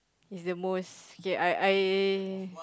is the most okay I I